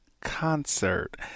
Concert